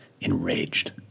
enraged